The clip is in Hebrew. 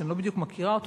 שאני לא בדיוק מכירה אותו.